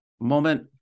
moment